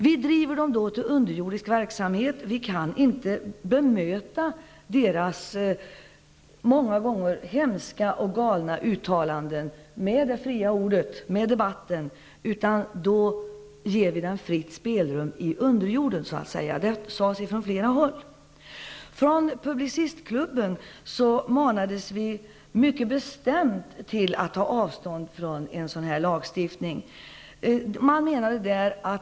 Vi kan då inte bemöta deras många gånger hemska och galna uttalanden med det fria ordet, i debatten. Då ger vi dem fritt spelrum. Det sades från flera håll. Från Publicistklubben manades vi bestämt att ta avstånd från en lagstiftning av detta slag.